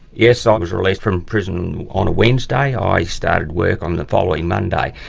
yes, ah i was released from prison on a wednesday. i started work on the following monday.